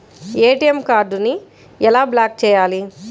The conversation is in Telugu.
ఏ.టీ.ఎం కార్డుని ఎలా బ్లాక్ చేయాలి?